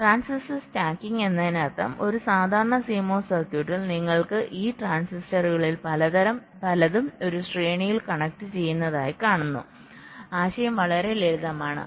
transistor stacking എന്നതിനർത്ഥം ഒരു സാധാരണ CMOS സർക്യൂട്ടിൽ നിങ്ങൾക്ക് ഈ ട്രാൻസിസ്റ്ററുകളിൽ പലതും ഒരു ശ്രേണിയിൽ കണക്ട് ചെയ്യുന്നതായി കാണുന്നു ആശയം വളരെ ലളിതമാണ്